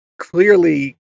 clearly